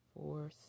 four